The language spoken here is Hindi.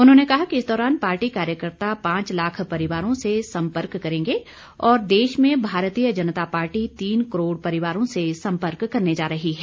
उन्होंने कहा कि इस दौरान पार्टी कार्यकर्ता पांच लाख परिवारों से संपर्क करेंगे और देश में भारतीय जनता पार्टी तीन करोड़ परिवारों से संपर्क करने जा रही है